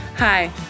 Hi